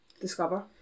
discover